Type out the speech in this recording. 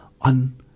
on